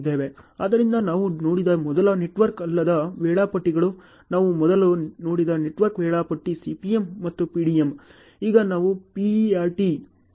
ಆದ್ದರಿಂದ ನಾವು ನೋಡಿದ ಮೊದಲ ನೆಟ್ವರ್ಕ್ ಅಲ್ಲದ ವೇಳಾಪಟ್ಟಿಗಳು ನಾವು ಮೊದಲು ನೋಡಿದ ನೆಟ್ವರ್ಕ್ ವೇಳಾಪಟ್ಟಿ CPM ಮತ್ತು PDM